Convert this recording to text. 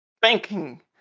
banking